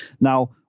Now